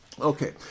okay